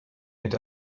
mit